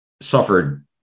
suffered